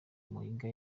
mahiga